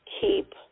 keep